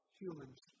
humans